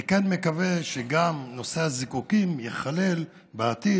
אני כן מקווה שגם נושא הזיקוקים ייכלל בעתיד,